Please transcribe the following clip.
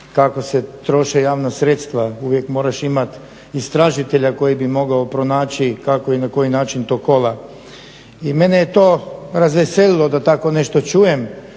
kako se troše javna sredstva. Uvijek moraš imati istražitelja koji bi mogao pronaći kako i na koji način to kola. I mene je to razveselilo da tako nešto čujem,